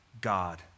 God